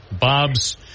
Bob's